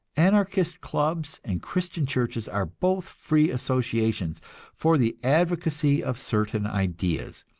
anarchist clubs and christian churches are both free associations for the advocacy of certain ideas,